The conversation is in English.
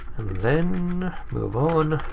then move on.